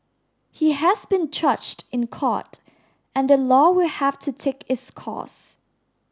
he has been charged in court and the law will have to take its course